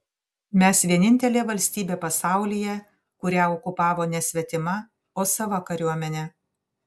mes vienintelė valstybė pasaulyje kurią okupavo ne svetima o sava kariuomenė